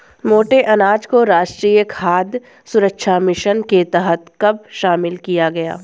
मोटे अनाज को राष्ट्रीय खाद्य सुरक्षा मिशन के तहत कब शामिल किया गया?